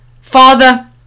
father